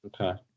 Okay